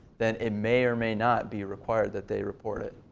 then it may or may not be required that they report it.